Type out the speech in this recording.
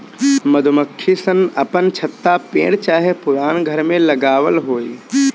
मधुमक्खी सन अपन छत्ता पेड़ चाहे पुरान घर में लगावत होई